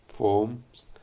Forms